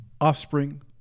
offspring